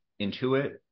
Intuit